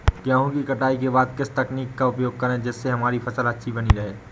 गेहूँ की कटाई के बाद किस तकनीक का उपयोग करें जिससे हमारी फसल अच्छी बनी रहे?